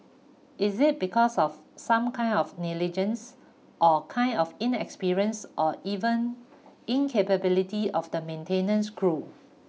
is it because of some kind of negligence or kind of inexperience or even incapability of the maintenance crew